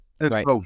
Right